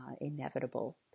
inevitable